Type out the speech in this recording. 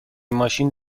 ماشین